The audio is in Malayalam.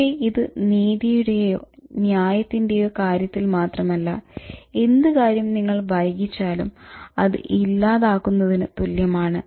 പക്ഷെ ഇത് നീതിയുടെയോ ന്യായത്തിന്റെയോ കാര്യത്തിൽ മാത്രമല്ല എന്ത് കാര്യം നിങ്ങൾ വൈകിച്ചാലും അത് ഇല്ലാതാക്കുന്നതിന് തുല്യമാണ്